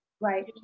Right